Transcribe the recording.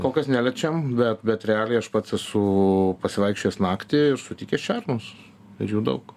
kol kas neliečiam bet bet realiai aš pats esu pasivaikščiojęs naktį ir sutikęs šernus ir jų daug